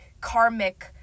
karmic